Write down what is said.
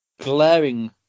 glaring